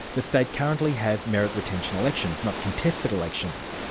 the state currently has merit retention elections, not contested elections,